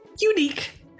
unique